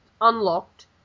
unlocked